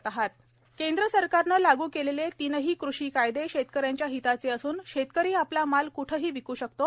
रामदास आठवले केंद्र सरकारने लागू केलेले तीनही कृषी कायदे शेतकऱ्यांचा हिताचे असून शेतकरी आपला माल क्ठेही विकू शकतो